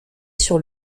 sur